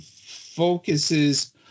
focuses